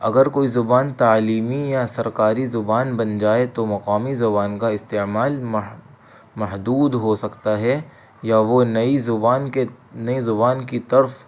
اگر کوئی زبان تعلیمی یا سرکاری زبان بن جائے تو مقامی زبان کا استعمال محدود ہو سکتا ہے یا وہ نئی زبان کے نئی زبان کی طرف